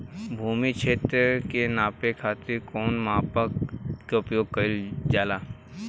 भूमि क्षेत्र के नापे खातिर कौन मानक के उपयोग कइल जाला?